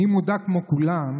כמו כולם